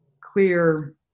clear